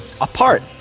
apart